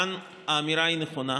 כאן האמירה היא נכונה.